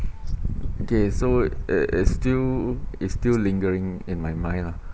okay so it it's still it's still lingering in my mind lah